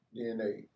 DNA